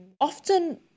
often